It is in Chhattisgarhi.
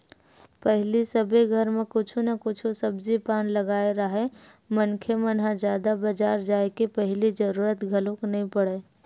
पहिली सबे घर म कुछु न कुछु सब्जी पान लगाए राहय मनखे मन ह जादा बजार जाय के पहिली जरुरत घलोक नइ पड़य